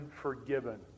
forgiven